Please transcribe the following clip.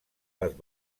les